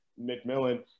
McMillan